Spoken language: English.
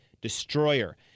destroyer